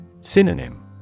Synonym